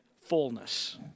fullness